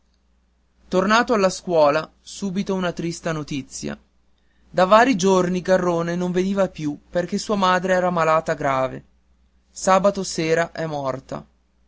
sabato tornato alla scuola subito una triste notizia da vari giorni garrone non veniva più perché sua madre era malata grave sabato sera è morta